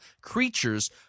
creatures